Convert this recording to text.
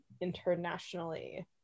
internationally